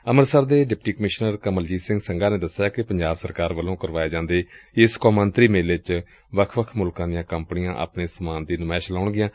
ਅੰਮ੍ਤਿਸਰ ਦੇ deputy commissioner Kamaljit Singh Sangha ਨੇ ਦਸਿਆ ਕਿ ਪੰਜਾਬ ਸਰਕਾਰ ਵੱਲੋਂ ਕਰਵਾਏ ਜਾਂਦੇ ਏਸ ਕੌਮਾਂਤਰੀ ਵਪਾਰ ਮੇਲੇ ਚ ਵੱਖ ਵੱਖ ਮੁਲਕਾਂ ਦੀਆਂ ਕੰਪਨੀਆਂ ਆਪਣੇ ਸਮਾਨ ਦੀ ਨੁਮਾਇਂਸ਼ ਲਗਾਉਂਦੀਆਂ ਨੇ